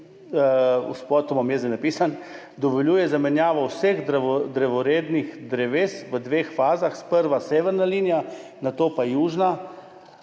to imam zdaj napisano, dovoljuje zamenjavo vseh drevorednih dreves v dveh fazah, sprva severna linija, nato pa južna,